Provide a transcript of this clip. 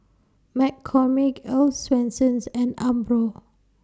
McCormick Earl's Swensens and Umbro